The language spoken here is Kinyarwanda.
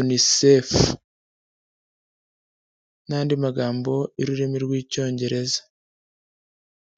UNICEF n'andi magambo y'ururimi rw'icyongereza.